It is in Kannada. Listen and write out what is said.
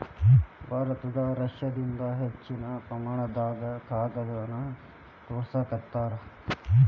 ಭಾರತ ರಷ್ಯಾದಿಂದ ಹೆಚ್ಚಿನ ಪ್ರಮಾಣದಾಗ ಕಾಗದಾನ ತರಸ್ಕೊತಾರ